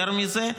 יותר מזה,